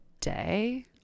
day